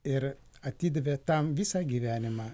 ir atidavė tam visą gyvenimą